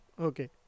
Okay